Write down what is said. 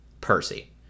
Percy